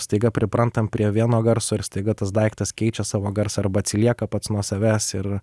staiga priprantam prie vieno garso ir staiga tas daiktas keičia savo garsą arba atsilieka pats nuo savęs ir